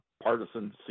partisan